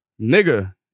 nigga